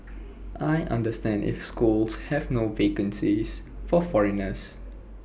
I understand if schools have no vacancies for foreigners